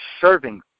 serving